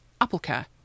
AppleCare